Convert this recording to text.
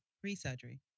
pre-surgery